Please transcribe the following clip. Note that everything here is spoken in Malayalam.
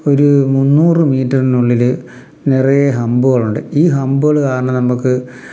ഒരു മുന്നൂറ് മീറ്ററിനുള്ളിൽ നിറയെ ഹമ്പുകളുണ്ട് ഈ ഹമ്പുകൾ കാരണം നമുക്ക്